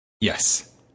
Yes